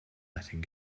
letting